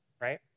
right